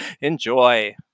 enjoy